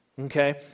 Okay